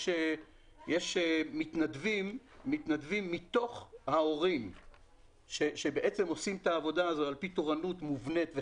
יש מתנדבים מתוך ההורים שעושים את העבודה הזו על פי תורנות מובנית.